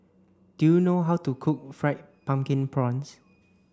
do you know how to cook fried pumpkin prawns